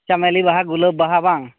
ᱟᱪᱪᱷᱟ ᱢᱟᱹᱞᱤ ᱵᱟᱦᱟ ᱜᱩᱞᱟᱹᱵ ᱵᱟᱦᱟ ᱵᱟᱝ